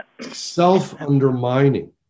self-undermining